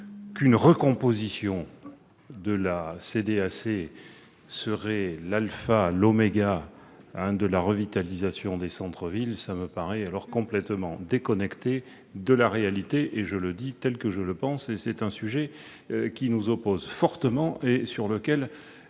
qu'une recomposition de la CDAC serait l'alpha et l'oméga de la revitalisation des centres-villes me paraît complètement déconnecté de la réalité- je le dis tel que je le pense ! C'est un sujet qui nous oppose fortement et sur lequel